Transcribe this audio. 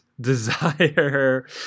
desire